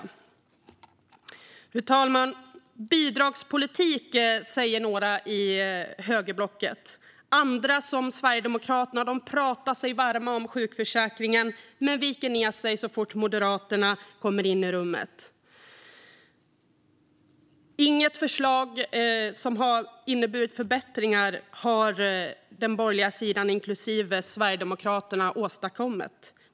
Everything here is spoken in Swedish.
Fru talman! Bidragspolitik, säger några i högerblocket. Andra, som Sverigedemokraterna, pratar sig varma för sjukförsäkringen men viker ned sig så fort Moderaterna kommer in i rummet. Inga förslag som har inneburit förbättringar har den borgerliga sidan, inklusive Sverigedemokraterna, åstadkommit.